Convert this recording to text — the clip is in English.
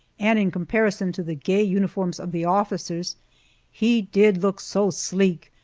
and in comparison to the gay uniforms of the officers he did look so sleek,